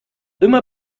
immer